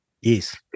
Yes